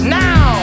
now